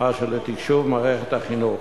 אשר לתקשוב מערכת החינוך.